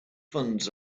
funds